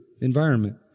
environment